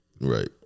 Right